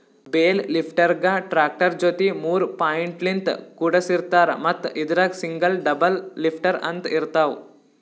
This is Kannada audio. ಬೇಲ್ ಲಿಫ್ಟರ್ಗಾ ಟ್ರ್ಯಾಕ್ಟರ್ ಜೊತಿ ಮೂರ್ ಪಾಯಿಂಟ್ಲಿನ್ತ್ ಕುಡಸಿರ್ತಾರ್ ಮತ್ತ್ ಇದ್ರಾಗ್ ಸಿಂಗಲ್ ಡಬಲ್ ಲಿಫ್ಟರ್ ಅಂತ್ ಇರ್ತವ್